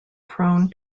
prone